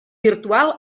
virtual